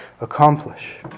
accomplish